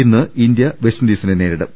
ഇന്ന് India west ഇൻഡീസിനെ നേരിടും